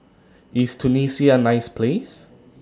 IS Tunisia A nice Place